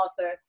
author